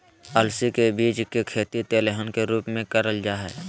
अलसी के बीज के खेती तेलहन के रूप मे करल जा हई